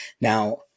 Now